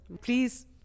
Please